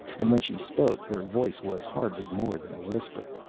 and when she spoke, her voice was hardly more than a whisper.